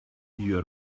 you